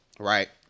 Right